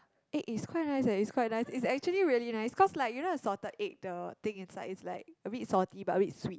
egg it's quite nice eh it's quite nice it's actually really nice cause like you know the salted egg the thing inside is like a bit salty but a bit sweet